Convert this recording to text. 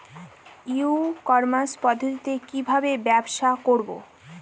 ই commerce পদ্ধতিতে কি ভাবে ব্যবসা করব?